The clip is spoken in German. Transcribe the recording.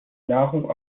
nahrung